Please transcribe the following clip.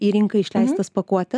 į rinką išleistas pakuote